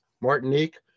Martinique